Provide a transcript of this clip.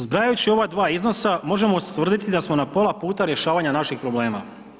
Zbrajajući ova dva iznosa, možemo ustvrditi da smo na pola puta rješavanja naših problema.